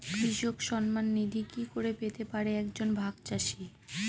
কৃষক সন্মান নিধি কি করে পেতে পারে এক জন ভাগ চাষি?